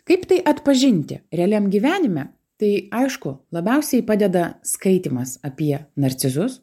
kaip tai atpažinti realiam gyvenime tai aišku labiausiai padeda skaitymas apie narcizus